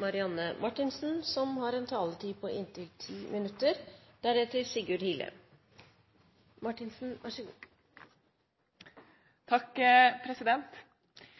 mer enn én gang det siste året, naturlig nok, blitt referert til antall arbeidsplasser skapt under rød-grønt styre. Den sterke sysselsettingsveksten er kanskje det mest slående uttrykket for den sterke økonomiske utviklingen Norge har